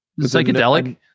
psychedelic